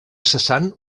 cessant